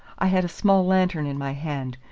i had a small lantern in my hand,